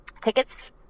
tickets